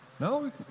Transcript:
No